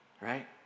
right